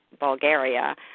bulgaria